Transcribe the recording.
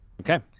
Okay